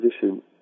position